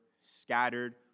scattered